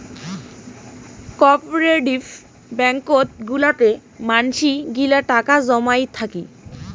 cooperative ব্যাঙ্কত গুলাতে মানসি গিলা টাকা জমাই থাকি